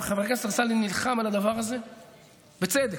חבר הכנסת אמסלם נלחם על הדבר הזה, בצדק,